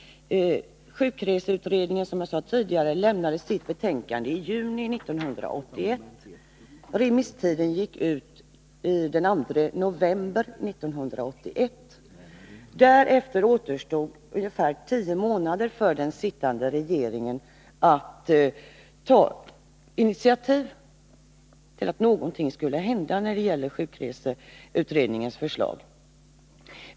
Sjukreseutredningen lämnade sitt betänkande i juni 1981. Remisstiden gick ut den 2 november 1981. Därefter återstod ungefär tio månader för den sittande regeringen att ta initiativ så att någonting skulle hända när det gällde sjukreseutredningens förslag.